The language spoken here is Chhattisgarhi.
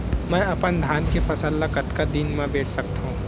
मैं अपन धान के फसल ल कतका दिन म बेच सकथो?